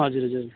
हजुर हजुर